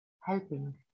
helping